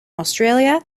australia